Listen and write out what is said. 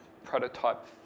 prototype